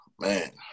man